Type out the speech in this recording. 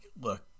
look